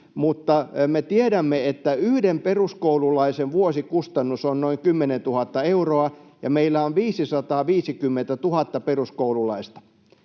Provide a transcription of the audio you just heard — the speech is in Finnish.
mutta me tiedämme, että yhden peruskoululaisen vuosikustannus on noin 10 000 euroa ja meillä on 550 000 peruskoululaista.